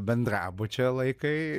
bendrabučio laikai